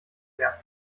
mehr